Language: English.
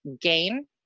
gain